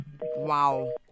Wow